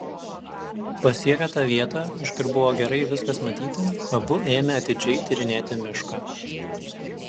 pasiekę tą vietą iš kur buvo gerai viskas matyti abu ėmė atidžiai tyrinėti mišką